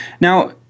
Now